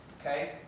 okay